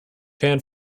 fan